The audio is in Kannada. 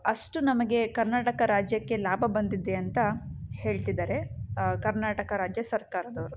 ಅಷ್ಟು ನಮಗೆ ಕರ್ನಾಟಕ ರಾಜ್ಯಕ್ಕೆ ಲಾಭ ಬಂದಿದೆ ಅಂತ ಹೇಳ್ತಿದ್ದಾರೆ ಕರ್ನಾಟಕ ರಾಜ್ಯ ಸರ್ಕಾರದವರು